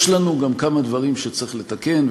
יש לנו גם כמה דברים שצריך לתקן,